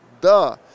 duh